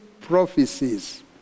prophecies